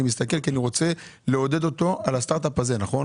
אני מסתכל כי אני רוצה לעודד אותו על הסטארט אפ הזה נכון?